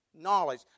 knowledge